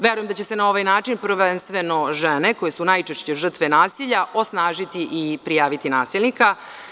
Verujem da će se na ovaj način, prvenstveno žene, koje su najčešće žrtve nasilja osnažiti i prijaviti nasilnika.